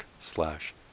slash